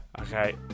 okay